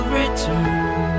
return